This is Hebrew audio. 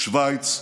שווייץ,